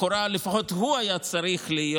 לכאורה לפחות הוא היה צריך להיות,